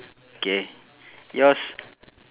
K yours